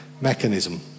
mechanism